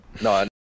No